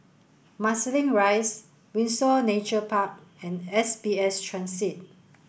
Marsiling Rise Windsor Nature Park and S B S Transit